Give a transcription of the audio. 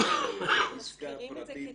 עסקה פרטית.